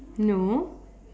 no